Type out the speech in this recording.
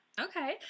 Okay